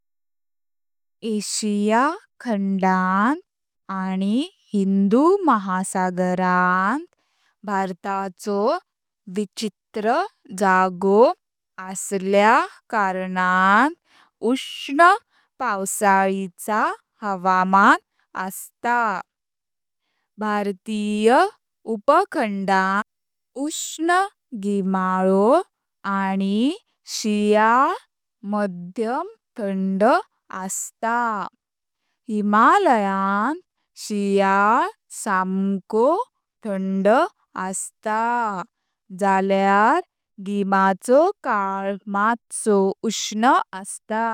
एशिया खडांत आनी हिंदू महासागरांत भारताचो विचित्र जागो असल्या कारणान उष्ण पावसाळीचां हावामान आसा। भारतीय उपखंडांत उष्ण गिमाळो आनी शीयाळलां मध्यम थंड आसता। हिमालयांत शीयाळलां सांकांत थंड आसता, जाल्यार गिमाचो काल माटसो उष्ण आसता।